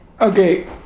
Okay